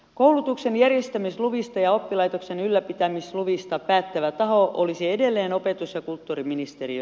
koulutuksen järjestämisluvista ja oppilaitoksen ylläpitämisluvista päättävä taho olisi edelleen opetus ja kulttuuriministeriö